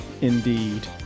Indeed